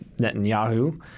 Netanyahu